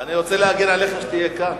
אני רוצה להגן עליך כשתהיה כאן.